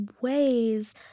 ways